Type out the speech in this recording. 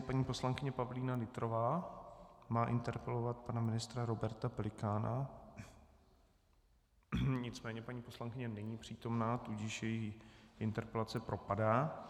Paní poslankyně Pavlína Nytrová má interpelovat pana ministra Roberta Pelikána, nicméně paní poslankyně není přítomna, tudíž její interpelace propadá.